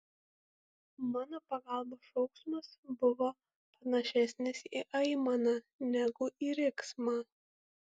mano pagalbos šauksmas buvo panašesnis į aimaną negu į riksmą